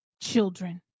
children